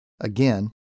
again